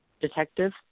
detective